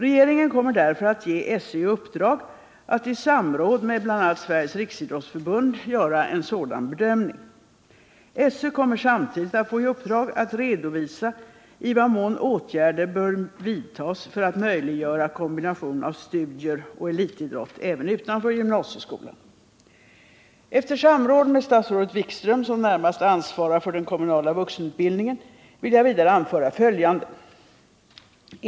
Regeringen kommer därför att ge SÖ i uppdrag att i samråd med bl.a. Sveriges riksidrottsförbund göra en sådan bedömning. SÖ kommer samtidigt att få i uppdrag att redovisa i vad mån åtgärder bör vidtas för att möjliggöra kombination av studier och elitidrott även utanför gymnasieskolan Efter samråd med statsrådet Wikström, som närmast ansvarar för den kommunala vuxenutbildningen, vill jag vidare anföra följande.